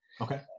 Okay